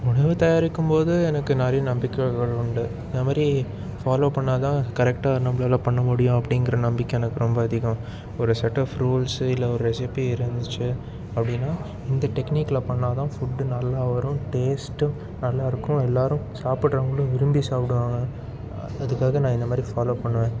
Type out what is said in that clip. உணவு தயாரிக்கும் போது எனக்கு நிறைய நம்பிக்கைகள் உண்டு அதுமாதிரி ஃபாலோவ் பண்ணிணா தான் கரெக்டாக நம்மளால பண்ண முடியும் அப்படிங்கிற நம்பிக்கை எனக்கு ரொம்ப அதிகம் ஒரு செட் ஆஃப் ரூல்ஸ் இல்லை ஒரு ரெஸிப்பி இருந்துச்சு அப்படின்னா இந்த டெக்னிகலா பண்ணிணா தான் ஃபுட்டு நல்லா வரும் டேஸ்ட்டும் நல்லா இருக்கும் எல்லாரும் சாப்பிடறவங்களும் விரும்பி சாப்பிடுவாங்க அதுக்காக நான் இந்த மாதிரி ஃபாலோவ் பண்ணுவேன்